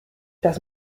das